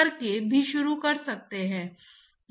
वह एक ट्यूब के माध्यम से प्रवाह के लिए है